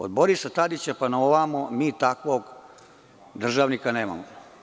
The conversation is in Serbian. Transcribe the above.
Od Borisa Tadića pa na ovamo mi takvog državnika nemamo.